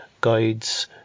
guides